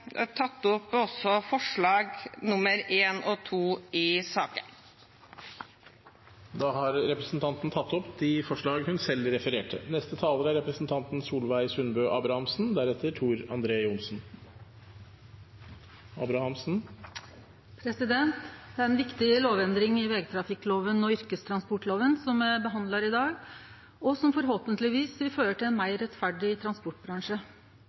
tatt opp forslagene nr. 1 og 2 i saken. Da har representanten Kirsti Leirtrø tatt opp de forslagene hun refererte til. Det er ei viktig lovendring i vegtrafikkloven og yrkestransportloven som me behandlar i dag, og som forhåpentlegvis vil føre til ein meir rettferdig transportbransje.